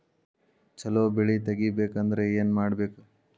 ಛಲೋ ಬೆಳಿ ತೆಗೇಬೇಕ ಅಂದ್ರ ಏನು ಮಾಡ್ಬೇಕ್?